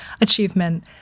achievement